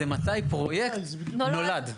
זה מתי פרויקט נולד.